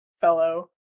fellow